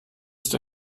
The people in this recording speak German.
ist